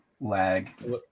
lag